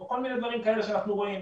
או כל מיני דברים כאלה שאנחנו רואים.